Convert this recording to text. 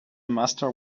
master